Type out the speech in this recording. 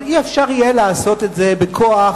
אבל אי-אפשר יהיה לעשות את זה בכוח,